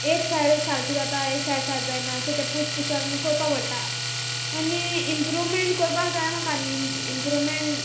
एक सायड सारकी जाता एक सायड सारकी जायना सो तें पूस पुसोन कोरपा पोट्टा आनी इंप्रूव्हमेंट कोरपा जाय म्हाका आनी इंप्रूव्हमेंट